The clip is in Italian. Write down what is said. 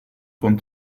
con